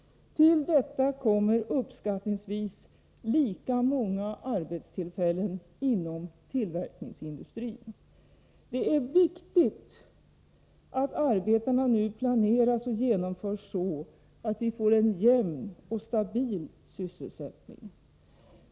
Till detta kommer uppskattningsvis lika många arbetstillfällen inom tillverkningsindustrin. Det är viktigt att arbetena nu planeras och genomförs så, att vi får en jämn och stabil sysselsättning.